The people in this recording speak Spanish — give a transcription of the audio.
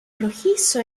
rojizo